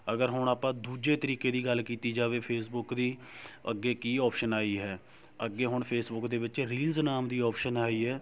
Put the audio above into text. ਅਗਰ ਹੁਣ ਆਪਾਂ ਦੂਜੇ ਤਰੀਕੇ ਦੀ ਗੱਲ ਕੀਤੀ ਜਾਵੇ ਫੇਸਬੁੱਕ ਦੀ ਅੱਗੇ ਕੀ ਔਪਸ਼ਨ ਆਈ ਹੈ ਅੱਗੇ ਹੁਣ ਫੇਸਬੁੱਕ ਦੇ ਵਿੱਚ ਰੀਲਜ਼ ਨਾਮ ਦੀ ਔਪਸ਼ਨ ਆਈ ਹੈ